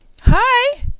Hi